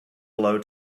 blow